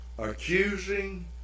Accusing